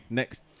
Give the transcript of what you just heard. next